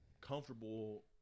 comfortable